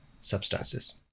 substances